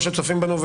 אלה שצופים בנו,